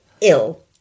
ill